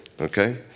Okay